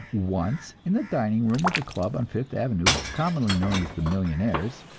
once in the dining-room of a club on fifth avenue, commonly known as the millionaires',